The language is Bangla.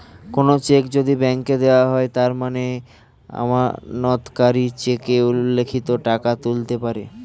কোনো চেক যদি ব্যাংকে দেওয়া হয় তার মানে আমানতকারী চেকে উল্লিখিত টাকা তুলতে পারে